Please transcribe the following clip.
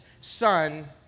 son